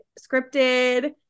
scripted